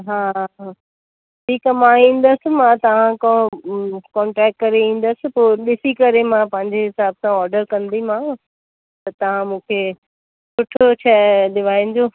हा हा ठीकु आहे मां ईंदसि मां त कोंटेक्ट करे ईंदसि पोइ ॾिसी करे मां पंहिंजे हिसाब सां ऑडर कंदीमांव त तव्हां मूंखे सुठो शइ ॾिराइजो